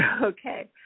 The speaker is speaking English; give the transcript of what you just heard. Okay